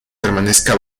permanezca